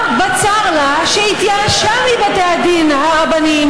זאת הייתה תקופה קשה מאוד של הסתה מכוערת: קריאות "רבין בוגד",